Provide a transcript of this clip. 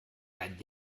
dein